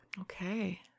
Okay